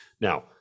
Now